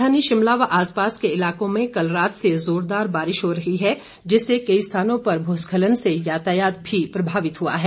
राजधानी शिमला व आसपास के इलाकों में कल रात से जोरदार बारिश हो रही है जिससे कई स्थानों पर भूस्खलन से यातायात भी प्रभावित हुआ है